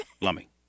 Lummy